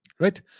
Right